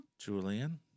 Julian